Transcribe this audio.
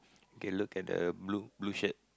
okay look at the blue blue shirt